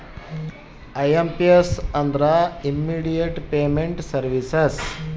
IMPS ಅಂದ್ರ immediate payment services